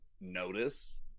notice